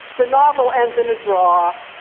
the novel ends in a draw.